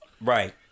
right